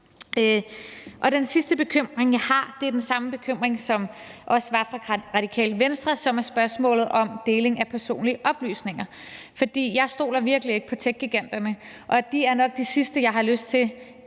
Den sidste bekymring, jeg har, er den samme bekymring, som også blev nævnt fra Radikale Venstres side, nemlig spørgsmålet om deling af personlige oplysninger, for jeg stoler virkelig ikke på techgiganterne. De er nok de sidste, jeg har lyst til skal have